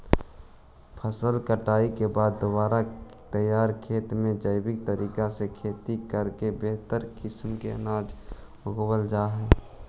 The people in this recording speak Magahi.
फसल कटाई के बाद दोबारा तैयार खेत में जैविक तरीका से खेती करके बेहतर किस्म के अनाज उगावल जा हइ